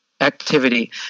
activity